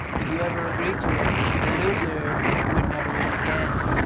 if you ever agreed to it, the loser would never win again.